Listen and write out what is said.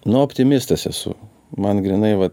nu optimistas esu man grynai vat